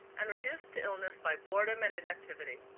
and reduced to illness by boredom and inactivity.